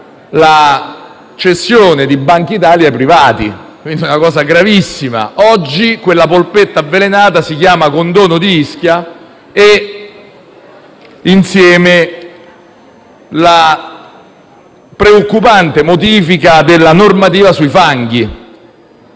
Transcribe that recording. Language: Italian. cessione di Banca d'Italia ai privati, una cosa gravissima. Oggi quella polpetta avvelenata è costituita dal condono a Ischia e dalla preoccupante modifica della normativa sui fanghi.